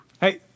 Hey